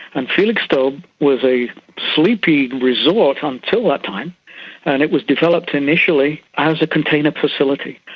and felixstowe was a sleepy resort until that time and it was developed initially as a container facility.